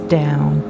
down